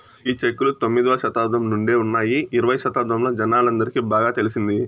ఈ చెక్కులు తొమ్మిదవ శతాబ్దం నుండే ఉన్నాయి ఇరవై శతాబ్దంలో జనాలందరికి బాగా తెలిసింది